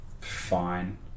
fine